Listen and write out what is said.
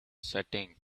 setting